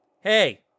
Hey